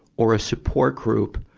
or a support group,